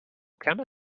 chemist